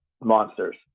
monsters